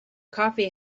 coffee